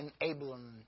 enabling